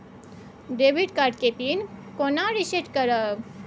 Debit card के PIN केना reset करब?